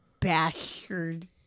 bastard